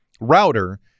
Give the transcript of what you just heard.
router